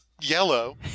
yellow